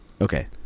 Okay